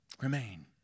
Remain